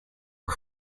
are